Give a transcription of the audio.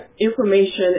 information